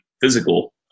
physical